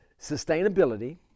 sustainability